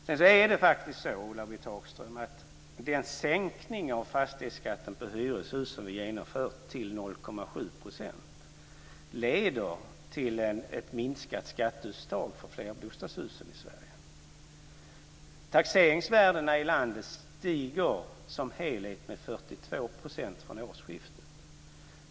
Sedan är det faktiskt så, Ulla-Britt Hagström, att den sänkning av fastighetsskatten på hyreshus till 0,7 % som vi genomförde leder till ett minskat skatteuttag för flerbostadshusen i Sverige. Taxeringsvärdena i landet stiger som helhet med 42 % från årsskiftet.